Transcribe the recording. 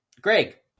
Greg